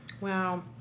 Wow